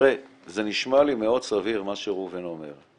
זה נשמע לי מאוד סביר מה שראובן אומר,